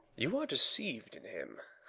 you are deceiv'd in him.